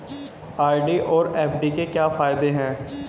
RD और FD के क्या फायदे हैं?